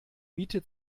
miete